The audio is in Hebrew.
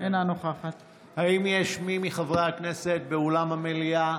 אינה נוכחת האם יש מי מחברי הכנסת באולם המליאה